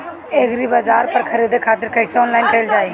एग्रीबाजार पर खरीदे खातिर कइसे ऑनलाइन कइल जाए?